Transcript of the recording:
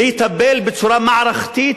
לטפל בצורה מערכתית,